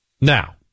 Now